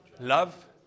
Love